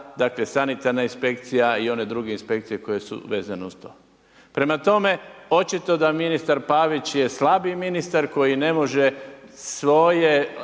dakle sanitarna inspekcija i one druge inspekcije koje su vezane uz to. Prema tome, očito da ministar Pavić je slabi ministar koji ne može svoj